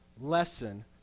lesson